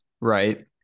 right